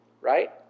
right